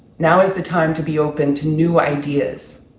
now is the time to be open to new ideas,